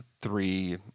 three